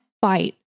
fight